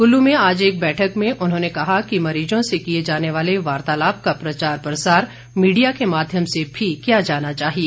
कुल्लू में आज एक बैठक में उन्होंने कहा कि मरीज़ों से किए जाने वाले वार्तालाप का प्रचार प्रसार मीडिया के माध्यम से भी किया जाना चाहिए